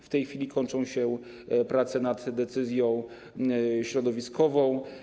W tej chwili kończą się prace nad decyzją środowiskową.